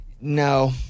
No